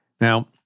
Now